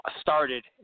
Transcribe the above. started